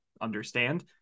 understand